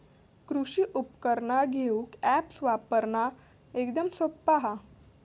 कृषि उपकरणा घेऊक अॅप्स वापरना एकदम सोप्पा हा